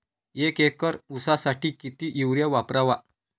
एक एकर ऊसासाठी किती युरिया वापरावा?